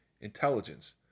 intelligence